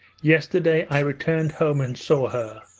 yesterday i returned home and saw her,